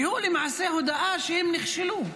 והוא למעשה הודעה שהם נכשלו.